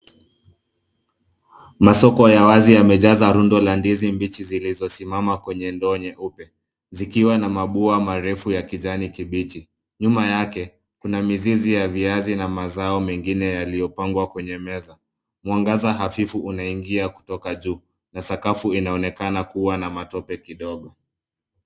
Masoko ya wazi yamejaza rundo la ndizi mbichi zilizosimama kwenye ndoo nyeupe zikiwa na mabua marefu ya kijani kibichi. Nyuma yake kuna mizizi ya viazi na mazao mengine yaliyopangwa kwenye meza. Mwangaza hafifu unaingia kutoka juu na sakafu inaonekana kuwa na matope kidogo.